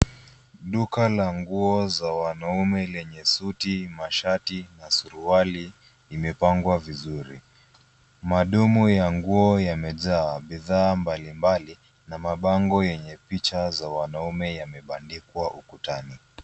Duka la nguo za wanaume lenye suti, mashati na suruali ya mepangwa vizuri. Madumu ya nguo yamejaa. Bidhaa mbalimbali na mabango yenye picha za wanaume yamebandikwa ukutani.